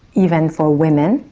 even for women.